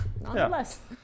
Nonetheless